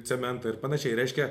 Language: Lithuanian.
cementą ir panašiai reiškia